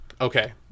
Okay